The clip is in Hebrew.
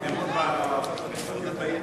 בממשלה.